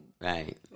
Right